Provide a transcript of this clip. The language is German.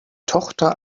tochter